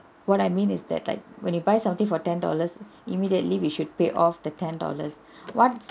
what I mean is that like when you buy something for ten dollars immediately we should pay off the ten dollars once